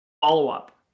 follow-up